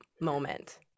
moment